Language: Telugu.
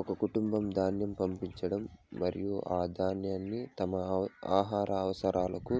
ఒక కుటుంబం ధాన్యం పండించడం మరియు ఆ ధాన్యాన్ని తమ ఆహార అవసరాలకు